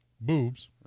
boobs